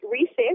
reset